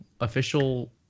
official